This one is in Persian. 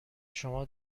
شما